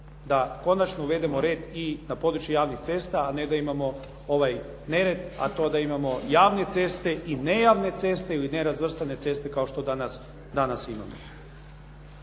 da konačno uvedemo red i na području javnih cesta, a ne da imamo ovaj nered. A to da imamo javne ceste i nejavne ceste ili nerazvrstane ceste kao što danas imamo.